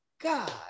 God